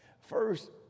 First